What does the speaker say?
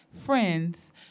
friends